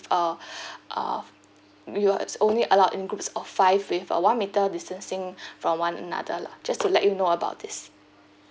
uh uh we will only allow in groups of five with a one meter distancing from one another lah just let you know about this